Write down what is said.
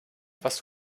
was